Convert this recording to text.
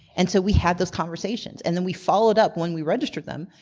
and so we had those conversations, and then we followed up when we registered them.